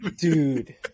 Dude